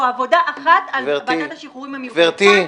עבודה אחת נוספת על ועדת השחרורים המיוחדים --- גברתי,